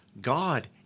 God